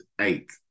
eight